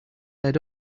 led